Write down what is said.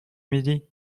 midi